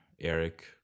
Eric